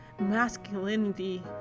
masculinity